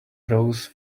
rose